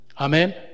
Amen